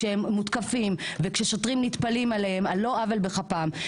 כשהם מותקפים וכששוטרים נטפלים אליהם על לא עוול בכפם.